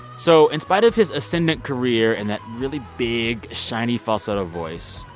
so in spite of his ascendant career and that really big, shiny falsetto voice,